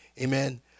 amen